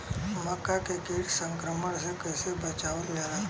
मक्का के कीट संक्रमण से कइसे बचावल जा?